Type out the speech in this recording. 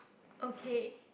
okay